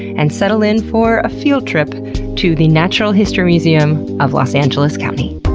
and settle in for a field trip to the natural history museum of los angeles county.